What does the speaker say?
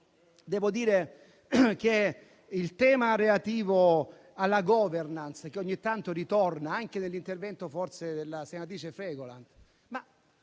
sollevato il tema relativo alla *governance*, che ogni tanto ritorna, anche nell'intervento della senatrice Fregolent,